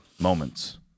moments